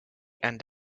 and